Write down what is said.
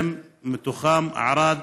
ובהם מערד,